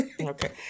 Okay